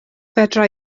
fedra